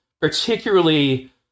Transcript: particularly